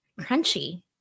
Crunchy